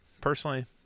personally